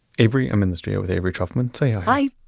avery? i'm in the studio with avery trufelman. say hi